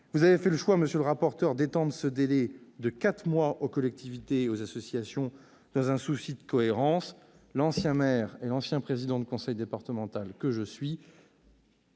Vous avez fait le choix, monsieur le rapporteur, d'étendre ce délai de quatre mois aux collectivités et aux associations, dans un souci de cohérence. L'ancien maire et président de conseil départemental que je suis